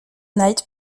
knight